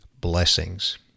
blessings